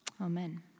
Amen